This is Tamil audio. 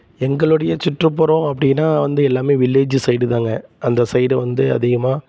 எங்களுடைய சுற்றுப்புறம் அப்படின்னா வந்து எல்லாமே வில்லேஜு சைடுதாங்க அந்த சைடு வந்து அதிகமாக